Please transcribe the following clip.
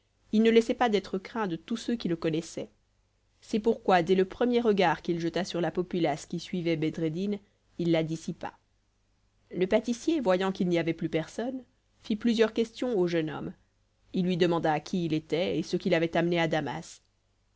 il ne laissait pas d'être craint de tous ceux qui le connaissaient c'est pourquoi dès le premier regard qu'il jeta sur la populace qui suivait bedreddin il la dissipa le pâtissier voyant qu'il n'y avait plus personne fit plusieurs questions au jeune homme il lui demanda qui il était et ce qui l'avait amené à damas